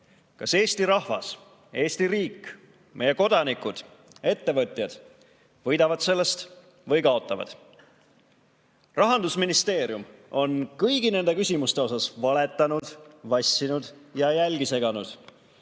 Kas Eesti rahvas, Eesti riik, meie kodanikud, ettevõtjad võidavad sellest või kaotavad? Rahandusministeerium on kõigi nende küsimuste osas valetanud, vassinud ja jälgi seganud.